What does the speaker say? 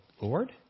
Lord